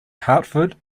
hartford